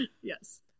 Yes